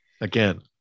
Again